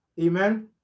amen